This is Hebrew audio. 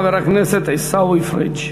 חבר הכנסת עיסאווי פריג'.